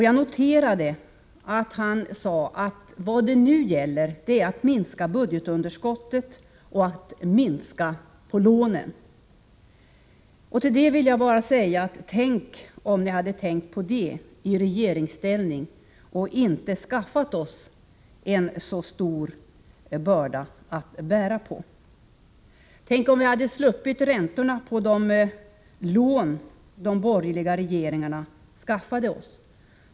Jag noterade att han sade att vad det nu gäller är att minska budgetunderskottet och att minska på lånen. Till det vill jag bara säga: Tänk om ni hade tänkt på det i regeringsställning och inte skaffat oss en så stor börda att bära på! Tänk om vi hade sluppit räntorna på de lån de borgerliga regeringarna skaffade oss!